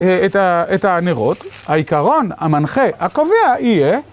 את הנרות, העיקרון, המנחה, הקובע יהיה